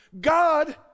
God